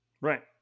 Right